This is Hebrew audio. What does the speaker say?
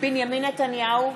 בנימין נתניהו,